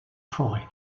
forêts